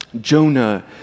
Jonah